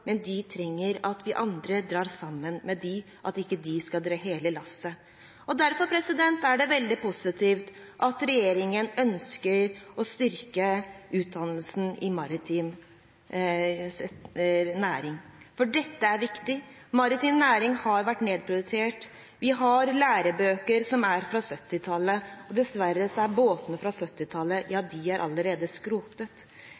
men de trenger at vi andre drar sammen med dem – at ikke de skal dra hele lasset. Derfor er det veldig positivt at regjeringen ønsker å styrke utdannelsen i maritim næring, for dette er viktig. Maritim næring har vært nedprioritert. Vi har lærebøker som er fra 1970-tallet. Dessverre er båtene fra